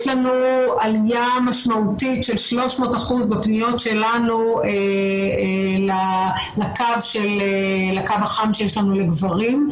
יש לנו עלייה משמעותית של 300% בפניות שלנו לקו החם שיש לנו לגברים,